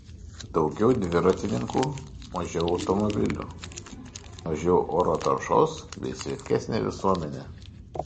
daugiau dviratininkų mažiau automobilių mažiau oro taršos bei sveikesnė visuomenė